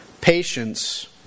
Patience